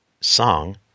song